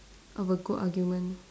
of a good argument